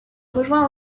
rejoint